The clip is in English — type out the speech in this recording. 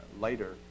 later